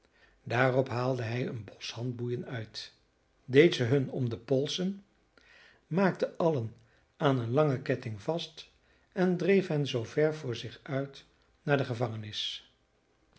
daarop haalde hij een bos handboeien uit deed ze hun om de polsen maakte allen aan een langen ketting vast en dreef hen zoo ver voor zich uit naar de gevangenis